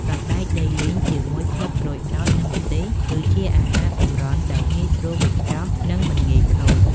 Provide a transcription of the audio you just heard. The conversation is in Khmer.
សណ្តែកដីលីងជាមួយស្លឹកក្រូចសើច និងម្ទេស គឺជាអាហារសម្រន់ដែលងាយស្រួលវេចខ្ចប់ និងមិនងាយខូច។